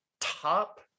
top